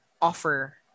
offer